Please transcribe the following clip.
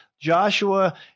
Joshua